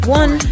one